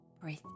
Breathe